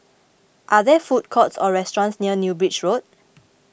are there food courts or restaurants near New Bridge Road